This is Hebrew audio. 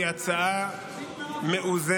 היא הצעה מאוזנת.